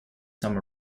some